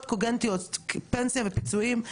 דברים שהם זכויות שאנחנו,